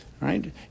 Right